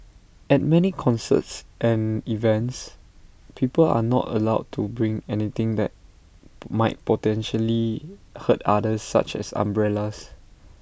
at many concerts and events people are not allowed to bring anything that might potentially hurt others such as umbrellas